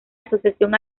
asociación